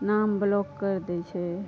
नाम बलौक करि दै छै